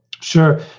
Sure